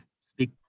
speak